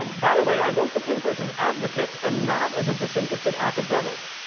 um by the way, i wrote the paper as an advocate and not as a disinterested academic,